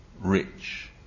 rich